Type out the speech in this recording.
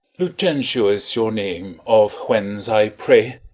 lucentio is your name, of whence, i pray?